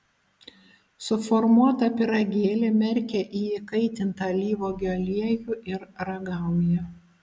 suformuotą pyragėlį merkia į įkaitintą alyvuogių aliejų ir ragauja